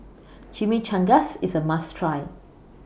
Chimichangas IS A must Try